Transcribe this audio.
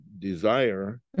Desire